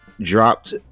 dropped